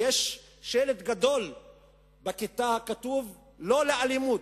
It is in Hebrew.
ויש שלט גדול בכיתה שכתוב בו "לא לאלימות".